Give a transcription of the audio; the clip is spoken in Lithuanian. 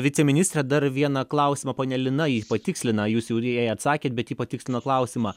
viceministre dar vieną klausimą ponia lina ji patikslina jūs jau ir jai atsakėt bet ji patikslino klausimą